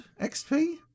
XP